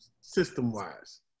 system-wise